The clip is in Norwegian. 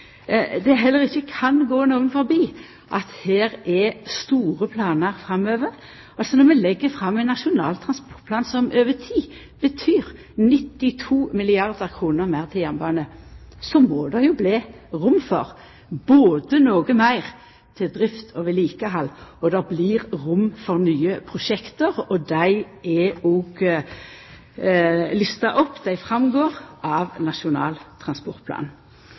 trur heller ikkje det kan gå nokon hus forbi at her er det store planar framover. Når vi legg fram ein nasjonal transportplan som over tid betyr 92 milliardar kr meir til jernbane, må det jo bli rom for både noko meir til drift og vedlikehald og for nye prosjekt. Dei er òg lista opp, dei framgår av Nasjonal transportplan.